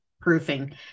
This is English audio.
proofing